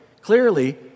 Clearly